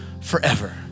forever